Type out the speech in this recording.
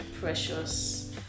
Precious